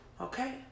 Okay